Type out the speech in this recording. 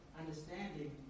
understanding